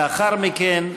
לאחר מכן,